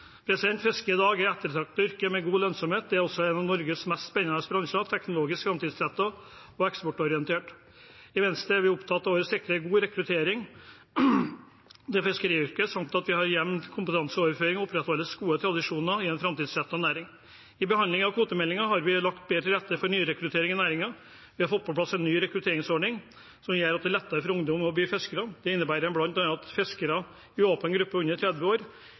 i dag er et ettertraktet yrke med god lønnsomhet. Det er også en av Norges mest spennende bransjer – teknologisk, framtidsrettet og eksportorientert. I Venstre er vi opptatt av å sikre god rekruttering til fiskeryrket, samt at vi ved jevn kompetanseoverføring opprettholder gode tradisjoner i en framtidsrettet næring. I behandlingen av kvotemeldingen har vi lagt bedre til rette for nyrekruttering i næringen, vi har fått på plass en ny rekrutteringsordning som gjør at det er lettere for ungdom å bli fiskere. Det innebærer bl.a. at fiskere under 30 år